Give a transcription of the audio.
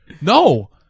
No